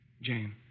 Jane